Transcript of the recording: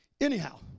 Anyhow